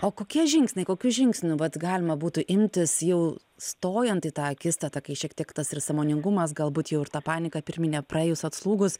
o kokie žingsniai kokių žingsnių vat galima būtų imtis jau stojant į tą akistatą kai šiek tiek tas ir sąmoningumas galbūt jau ir ta panika pirminė praėjus atslūgus